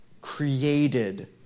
created